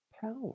power